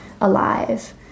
alive